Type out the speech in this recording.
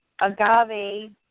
Agave